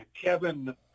Kevin